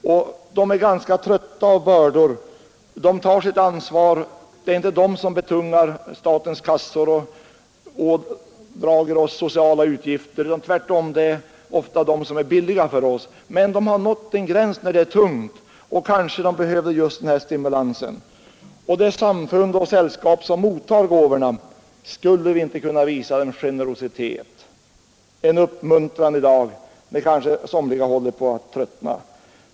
Givarna är ganska trötta av bördor. De tar sitt ansvar, det är inte de som betungar statens kassor och pådrager oss sociala utgifter, det är tvärtom oftast de som är billiga för oss. Men de har nått en gräns där det är tungt, och de behöver kanske just den här stimulansen. Och de samfund och sällskap som mottager gåvorna — skulle vi inte kunna visa dem generositet och uppmuntran i dag, när kanske somliga håller på att tröttna?